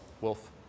Wolf